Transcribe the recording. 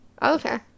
okay